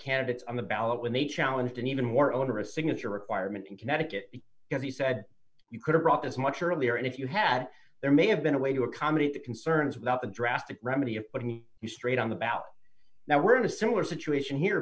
candidates on the ballot when they challenged an even more onerous signature requirement in connecticut because he said you could drop as much earlier and if you had there may have been a way to accommodate the concerns without the draft remedy of putting the you straight on the ballot now we're in a similar situation here